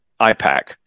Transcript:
IPAC